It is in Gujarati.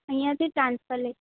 અહીંથી ટ્રાન્સફર લઈ